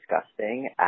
disgusting